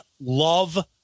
love